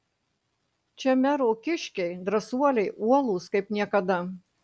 čia mero kiškiai drąsuoliai uolūs kaip niekada